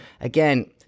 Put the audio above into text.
Again